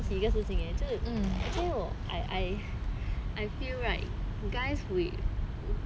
一件事情 leh I feel right guys with